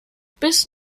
bis